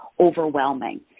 overwhelming